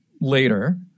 later